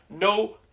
no